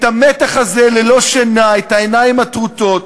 את המתח הזה ללא שינה, את העיניים הטרוטות,